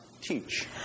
teach